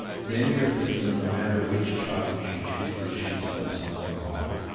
then you're thinking no matter which child she chooses, she's done something wrong,